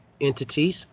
entities